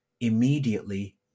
immediately